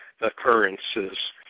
occurrences